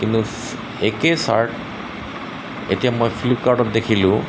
কিন্তু একে চাৰ্ট এতিয়া মই ফ্লিপকাৰ্টত দেখিলোঁ